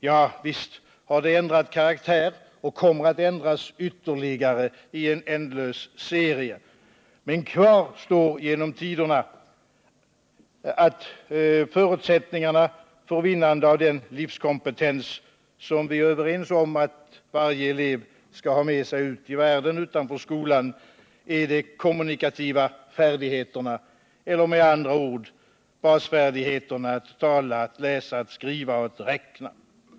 Ja, visst har det ändrat karaktär och kommer att ändras ytterligare i en ändlös serie. Men kvar står genom tiderna att förutsättningarna för vinnande av den livskompetens som vi är överens om att varje elev skall ha med sig ut i världen utanför skolan är de kommunikativa färdigheterna eller, med andra ord, basfärdigheterna att tala, att läsa, att skriva och att räkna.